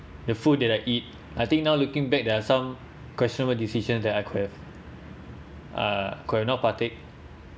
the food that I eat I think now looking back there are some questionable decisions that I could have uh could have not take